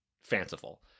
fanciful